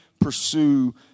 pursue